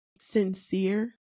sincere